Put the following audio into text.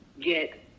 get